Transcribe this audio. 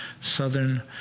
southern